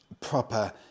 proper